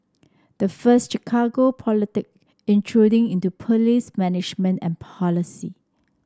the first Chicago politic intruding into police management and policy